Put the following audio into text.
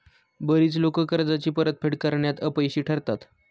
बरीच लोकं कर्जाची परतफेड करण्यात अपयशी ठरतात